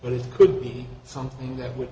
but it could be something that would